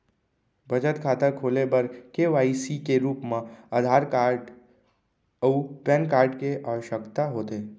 बचत खाता खोले बर के.वाइ.सी के रूप मा आधार कार्ड अऊ पैन कार्ड के आवसकता होथे